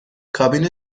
کابین